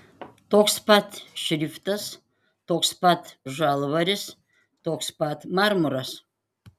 toks pat šriftas toks pat žalvaris toks pat marmuras